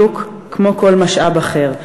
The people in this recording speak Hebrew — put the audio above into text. בדיוק כמו כל משאב אחר.